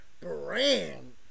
brand